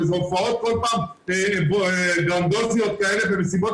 עם איזה הופעות גרנדיוזיות ומסיבות